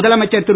முதலமைச்சர் திரு